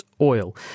oil